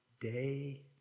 day